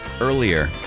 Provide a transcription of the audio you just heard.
earlier